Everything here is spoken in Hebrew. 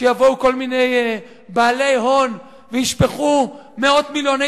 שיבואו כל מיני בעלי הון וישפכו מאות מיליוני